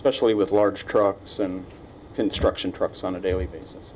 especially with large trucks and construction trucks on a daily basis